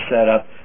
setup